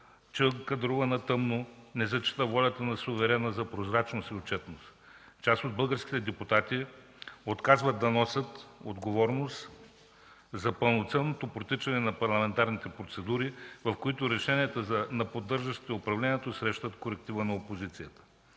че кадрува на тъмно, не зачита волята на суверена за прозрачност и отчетност. Част от българските депутати отказват да носят отговорност за пълноценното протичане на парламентарните процедури, в които решенията на поддържащите управлението срещат коректива на опозицията.